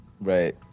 Right